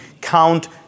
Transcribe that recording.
count